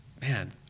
man